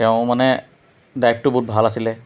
তেওঁ মানে ড্ৰাইভটো বহুত ভাল আছিলে